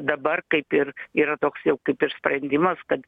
dabar kaip ir yra toks jau kaip ir sprendimas kad